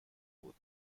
بود